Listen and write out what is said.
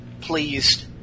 pleased